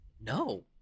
No